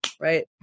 right